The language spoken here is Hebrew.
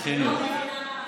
אתם רוצים חינוך, אני לא מבינה.